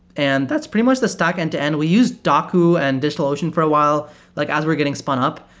and that's pretty much the stock end-to-end. we used dokku and digitalocean for a while like as we're getting spun up,